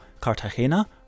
Cartagena